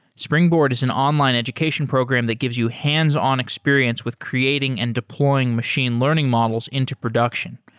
springboard is an online education program that gives you hands-on experience with creating and deploying machine learning models into production,